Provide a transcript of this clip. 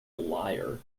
liar